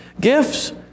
gifts